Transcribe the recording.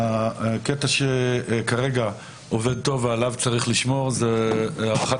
הקטע שכרגע עובד טוב ועליו צריך לשמור זה הערכת